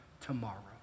tomorrow